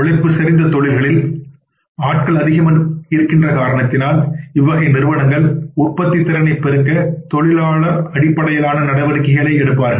உழைப்பு செறிந்த தொழில்களில் ஆட்கள் அதிகம் இருக்கின்ற காரணத்தினால் இவ்வகை நிறுவனங்கள் உற்பத்தித் திறனைப் பெருக்க தொழிலாளர் அடிப்படையிலான நடவடிக்கைகள் எடுப்பார்கள்